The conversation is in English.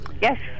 yes